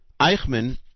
Eichmann